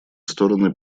стороны